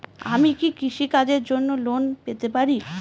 আমি কি কৃষি কাজের জন্য লোন পেতে পারি?